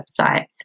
websites